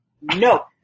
No